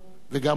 וגם היום.